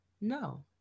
No